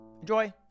Enjoy